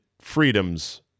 freedoms